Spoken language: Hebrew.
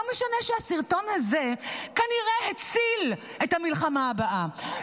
לא משנה שהסרטון הזה כנראה הציל את המלחמה הבאה,